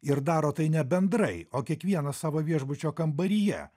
ir daro tai ne bendrai o kiekvienas savo viešbučio kambaryje